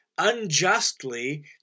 unjustly